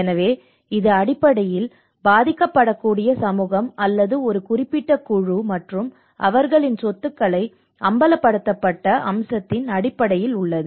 எனவே இது அடிப்படையில் பாதிக்கப்படக்கூடிய சமூகம் அல்லது ஒரு குறிப்பிட்ட குழு மற்றும் அவர்களின் சொத்துக்களின் அம்பலப்படுத்தப்பட்ட அம்சத்தின் அடிப்படையில் உள்ளது